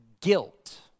guilt